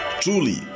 Truly